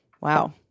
Wow